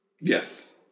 Yes